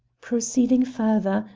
proceeding further,